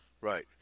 Right